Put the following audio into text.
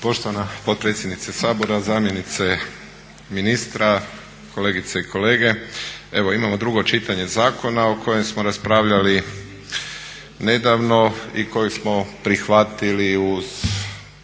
Poštovana potpredsjednice Sabora, zamjenice ministra, kolegice i kolege. Evo imamo drugo čitanje zakona o kojem smo raspravljali nedavno i koje smo prihvatili uz